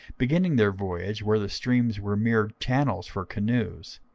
beginning their voyage where the streams were mere channels for canoes,